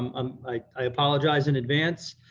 um um i apologize in advance,